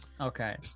okay